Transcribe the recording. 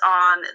on